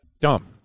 Dumb